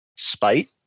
spite